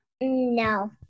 No